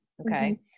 Okay